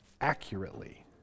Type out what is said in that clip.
accurately